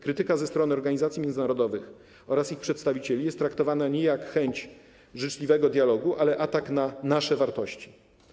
Krytyka ze strony organizacji międzynarodowych oraz ich przedstawicieli jest traktowana nie jak chęć życzliwego dialogu, ale atak na nasze wartości.